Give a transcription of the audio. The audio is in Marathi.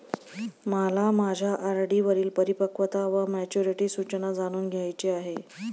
मला माझ्या आर.डी वरील परिपक्वता वा मॅच्युरिटी सूचना जाणून घ्यायची आहे